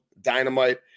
Dynamite